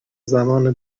زمان